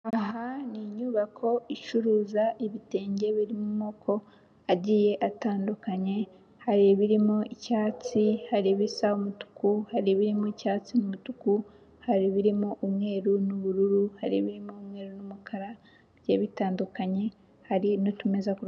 Aha ni inyubako icuruza ibitenge birimo amoko agiye atandukanye hari ibirimo icyatsi, hari ibisa umutuku, hari ibirimo icyatsi numutuku, hari ibirimo umweru nubururu, hari ibirimo umweru numukara bigiye bitandukanye, hari nitumeza kuruhande.